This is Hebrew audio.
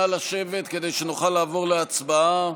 נא לשבת כדי שנוכל לעבור להצבעה,